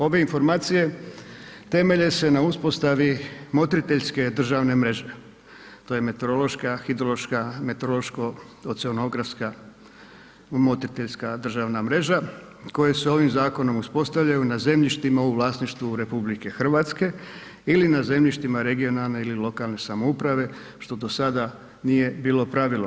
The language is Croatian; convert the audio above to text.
Ove informacije temelje se na uspostavi motriteljske državne mreže, to je meteorološka, hidrološka, meteorološko oceanografska motriteljska državna mreža koje se ovim zakonom uspostavljaju na zemljištima u vlasništvu RH ili na zemljištima regionalne ili lokalne samouprave što do sada nije bilo pravilo.